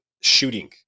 shooting